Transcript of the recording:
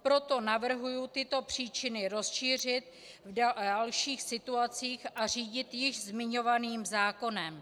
Proto navrhuji tyto příčiny rozšířit a v dalších situacích se řídit již zmiňovaným zákonem.